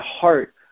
heart